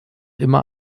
immer